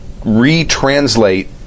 retranslate